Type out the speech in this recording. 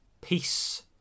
peace